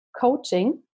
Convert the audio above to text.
coaching